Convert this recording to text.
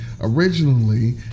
originally